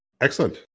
Excellent